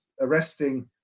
arresting